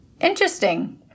Interesting